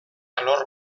alor